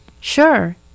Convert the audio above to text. Sure